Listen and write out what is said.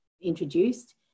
introduced